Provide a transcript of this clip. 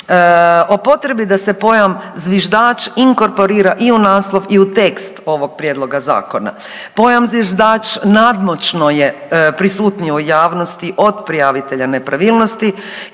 o potrebi da se pojam zviždač inkorporira i u naslov i u tekst ovog prijedloga zakona. Pojam zviždač nadmoćno je prisutniji u javnosti od prijavitelja nepravilnosti